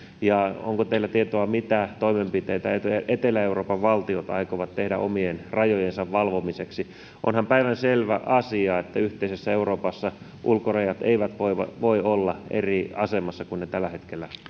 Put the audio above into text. ja onko teillä tietoa mitä toimenpiteitä etelä etelä euroopan valtiot aikovat tehdä omien rajojensa valvomiseksi onhan päivänselvä asia että yhteisessä euroopassa ulkorajat eivät voi olla eri asemassa kuin ne tällä hetkellä